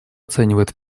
оценивает